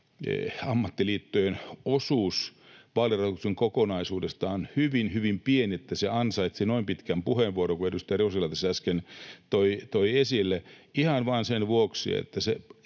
ammattiliittojen osuus vaalirahoituksen kokonaisuudesta on hyvin, hyvin pieni, niin että se ansaitsisi noin pitkän puheenvuoron kuin edustaja Rostila tässä äsken toi esille, ihan vaan sen vuoksi, että se